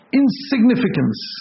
insignificance